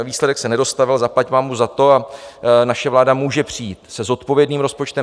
Výsledek se nedostavil, zaplať pánbůh za to, a naše vláda může přijít se zodpovědným rozpočtem.